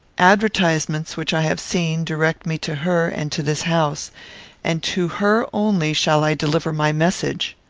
advertisements, which i have seen, direct me to her, and to this house and to her only shall i deliver my message.